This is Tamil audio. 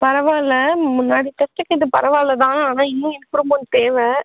பரவாயில்ல முன்னாடி டெஸ்ட்டுக்கு இது பரவாயில்ல தான் ஆனால் இன்னும் இம்ப்ரூவ்மென்ட் தேவை